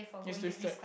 use that stretch